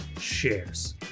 shares